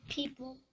People